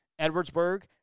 Edwardsburg